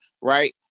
right